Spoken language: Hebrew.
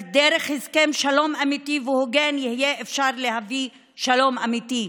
רק דרך הסכם שלום אמיתי והוגן יהיה אפשר להביא שלום אמיתי,